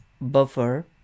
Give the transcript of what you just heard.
buffer